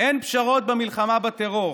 "אין פשרות במלחמה בטרור.